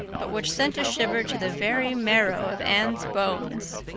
but which sent a shiver to the very marrow of anne's bones.